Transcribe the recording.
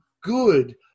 good